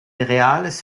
reales